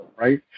right